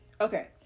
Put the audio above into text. Okay